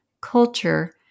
culture